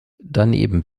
daneben